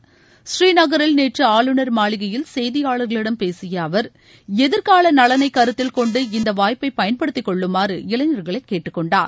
பூந்நகரில் நேற்று ஆளுநர் மாளிகையில் செய்தியாளர்களிடம் பேசிய அவர் எதிர்கால நலனை கருத்தில் கொண்டு இந்த வாய்ப்பை பயன்படுத்திக்கொள்ளுமாறு இளைஞர்களை கேட்டுக்கொண்டார்